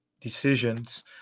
decisions